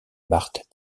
marthe